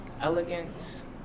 elegance